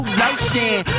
lotion